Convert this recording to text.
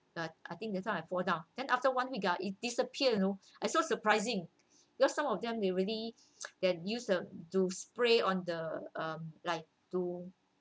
ya I think that's why I fell down then after one week ah it disappeared you know I so surprising because some of them they really that use the to spray on the um like to